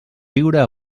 viure